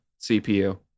CPU